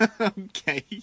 Okay